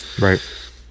right